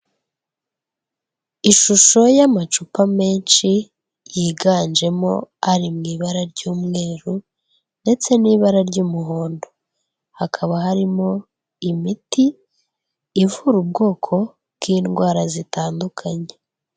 Ishusho y'amacupa menshi yiganjemo ariw ibara ry'umweru ndetse n'ibara ry'umuhondo hakaba harimo imiti ivura ubwoko bw'indwara zitandukanye.